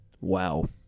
Wow